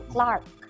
Clark